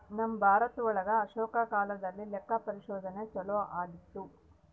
ನಮ್ ಭಾರತ ಒಳಗ ಅಶೋಕನ ಕಾಲದಲ್ಲಿ ಲೆಕ್ಕ ಪರಿಶೋಧನೆ ಚಾಲೂ ಆಗಿತ್ತು